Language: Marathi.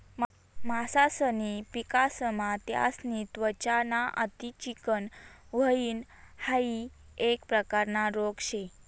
मासासनी विकासमा त्यासनी त्वचा ना अति चिकनं व्हयन हाइ एक प्रकारना रोग शे